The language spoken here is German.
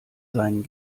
seinen